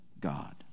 God